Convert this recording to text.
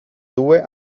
due